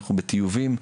שאנחנו בטיובים,